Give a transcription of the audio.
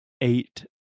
eight